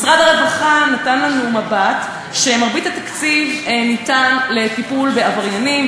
משרד הרווחה נתן לנו מבט שמרבית התקציב שמוקצה לטיפול בעבריינים,